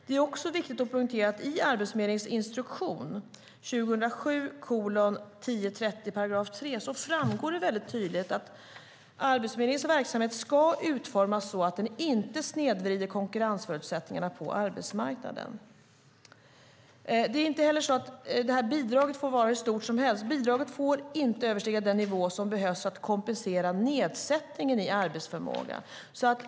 Det är också viktigt att poängtera att det i § 3 i förordningen med instruktion för Arbetsförmedlingen tydligt framgår att Arbetsförmedlingens verksamhet ska utformas så att den inte snedvrider konkurrensförutsättningarna på arbetsmarknaden. Det är inte heller så att bidraget får vara hur stort som helst. Bidraget får inte överstiga den nivå som behövs för att kompensera nedsättningen i arbetsförmåga.